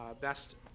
best